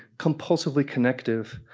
compulsively connective,